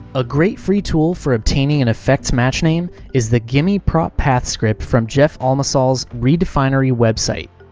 a great free tool for obtaining an effect's matchname is the gimme prop path script from jeff almasol's redefinery website.